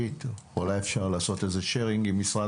אולי אפשר לעשות איזה sharing עם משרד